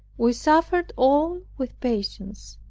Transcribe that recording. we suffered all with patience,